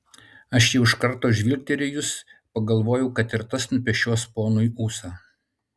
aš jau iš karto žvilgterėjus pagalvojau kad ir tas nupešios ponui ūsą